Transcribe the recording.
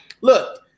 Look